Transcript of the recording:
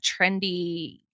trendy